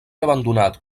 abandonat